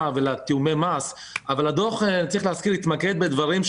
ולתיאומי המס אבל צריך להזכיר שהדוח התמקד בדברים,